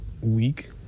week